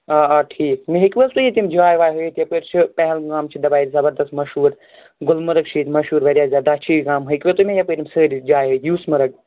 آ آ ٹھیٖک مےٚ ہیٚکوٕ حظ تُہۍ ییٚتہِ یِم جایہِ وایہِ ہٲوِتھ یپٲرۍ چھِ پہلگام چھِ دپان ییٚتہِ زبردَست مشہوٗر گُلمَرگ چھُ یہِ ییٚتہِ مشہوٗر واریاہ زیادٕ داچھی گام ہیٚکوا تُہۍ مےٚ یپٲرۍ یِم سٲری جاے ہٲوِتھ یوٗس مَرٕگ